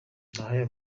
ndahayo